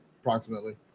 approximately